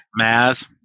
Maz